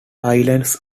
islands